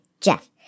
Jeff